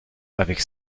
avec